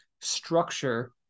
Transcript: structure